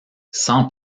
sans